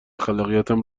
خلاقیتم